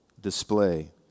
display